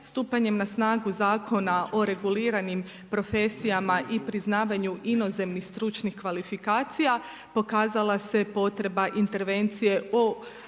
Stupanjem na snagu Zakona o reguliranim profesijama i priznavanju inozemnih stručnih kvalifikacija pokazala se potreba intervencije o